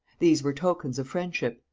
these were tokens of friendship.